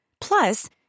Plus